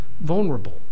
vulnerable